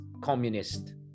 communist